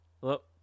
look